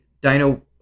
Dino